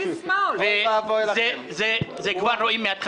אתה מפזר איומים על ימין ושמאל.